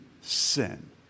sin